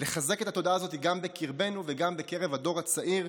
לחזק את התודעה הזאת גם בקרבנו וגם בקרב הדור הצעיר,